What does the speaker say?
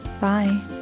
Bye